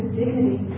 dignity